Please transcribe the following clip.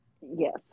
yes